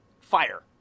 fire